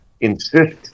insist